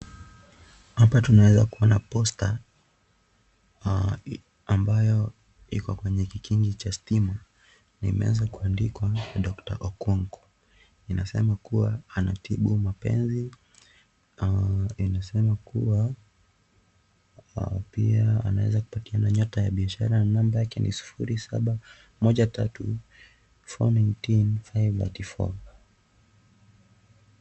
Hapa tunaeza kuwa na posta ambayo iko kwenye kikingi cha stima na imeanza kuandikwa Dr. Okwongo, inasema kuwa anatibu mapenzi na inasema kuwa pia anaezapatiana nyota ya biashara na nambari yake ya simu sufuri saba, moja tatu, four nineteen, five thirty four